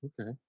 Okay